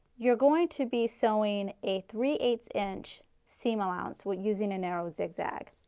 you are going to be sewing a three eight ths inch seam allowance, while using a narrow zigzag.